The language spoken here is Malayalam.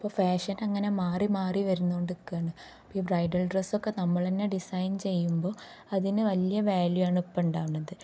ഇപ്പോള് ഫാഷൻ അങ്ങനെ മാറി മാറി വരുന്നോണ്ടിരിക്കുകയാണിപ്പോള് ഈ ബ്രൈഡൽ ഡ്രസ്സൊക്കെ നമ്മളെന്നെ ഡിസൈൻ ചെയ്യുമ്പോള് അതിനു വലിയ വാല്യുവാണ് ഇപ്പോള് ഉണ്ടാവുന്നത്